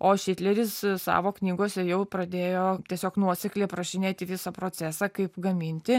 o šitleris savo knygose jau pradėjo tiesiog nuosekliai aprašinėti visą procesą kaip gaminti